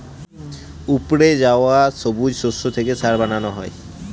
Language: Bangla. উপড়ে যাওয়া সবুজ শস্য থেকে সার বানানো হয়